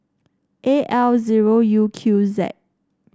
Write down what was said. A L zero U Q Z